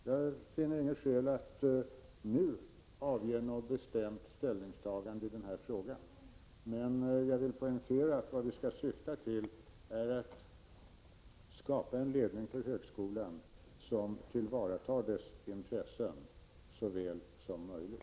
Jag finner inget skäl att nu avge något bestämt ställningstagande i denna fråga. Men jag vill poängtera att vad vi skall syfta till är att skapa en ledning för högskolan som tillvaratar dess intressen så väl som möjligt.